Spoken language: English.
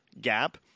gap